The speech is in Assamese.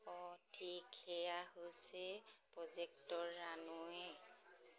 অঁ ঠিক সেয়া হৈছে 'প্ৰজেক্ট ৰানৱে'